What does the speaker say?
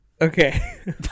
Okay